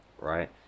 right